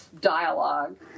dialogue